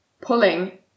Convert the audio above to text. pulling